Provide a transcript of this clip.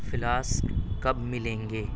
flask کب مِلیں گے